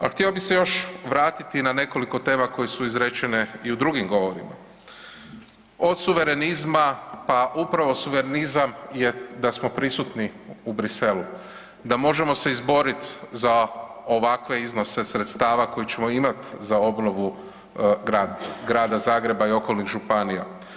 A htio bi se još vratiti na nekoliko tema koje su izrečene i u drugim govorima od suverenizma, pa upravo suverenizam je da smo prisutni u Bruxellesu, da se možemo izboriti za ovakve iznose sredstava koje ćemo imati za obnovu Grada Zagreba i okolnih županija.